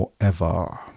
forever